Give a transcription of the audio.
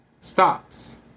stops